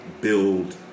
build